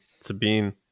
sabine